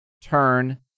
turn